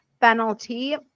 penalty